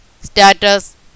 Status